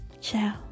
Ciao